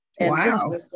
Wow